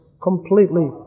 completely